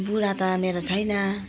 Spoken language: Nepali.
बुढा त मेरो छैन